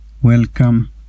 Welcome